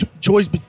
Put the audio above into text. choice